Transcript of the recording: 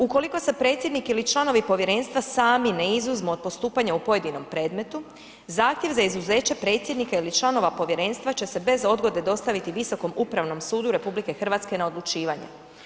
Ukoliko se predsjednik ili članovi povjerenstva sami ne izuzmu od postupanja u pojedinom predmetu, zahtjev za izuzeće predsjednika ili članova povjerenstva će se bez odgode dostaviti Visokom upravnom sudu RH na odlučivanje.